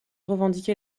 revendiqué